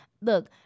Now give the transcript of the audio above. look